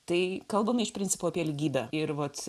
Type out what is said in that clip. tai kalbame iš principo apie lygybę ir vat